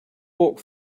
walk